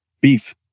beef